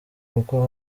kuko